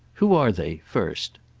who are they first?